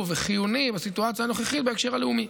וחיוני בסיטואציה הנוכחית בהקשר הלאומי.